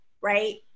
right